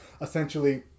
essentially